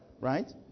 right